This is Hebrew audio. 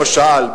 למשל,